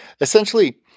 Essentially